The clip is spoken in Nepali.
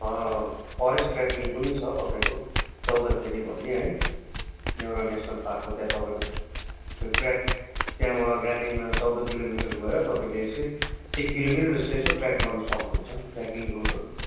फ फरेस्ट ट्र्याकिङ पनि छ तपाईँको चौध केडी भन्ने है नेउरा नेसनल पार्कको त्यहाँ तपाईँको त्यो ट्र्याक त्यहाँबाट गाडीमा चौध किलोमिटर गएर तपाईँले यस्तै एक किलोमिटर जसो चाहिँ यसो ट्र्याक गर्नु सक्नुहुन्छ ट्र्याकिङ रुटहरू